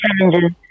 challenges